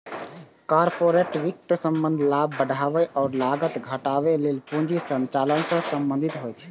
corporate वित्तक संबंध लाभ बढ़ाबै आ लागत घटाबै लेल पूंजी संचालन सं संबंधित होइ छै